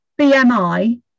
BMI